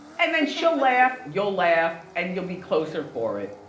and then she'll laugh, you'll laugh, and you'll be closer for it.